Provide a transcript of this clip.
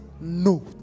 no